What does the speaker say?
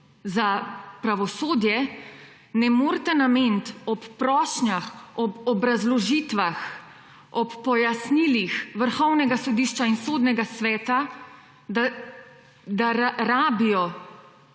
za pravosodje, ne morete nameniti ob prošnjah, ob obrazložitvah, ob pojasnilih Vrhovnega sodišča in Sodnega sveta, da rabijo